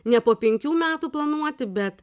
ne po penkių metų planuoti bet